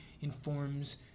informs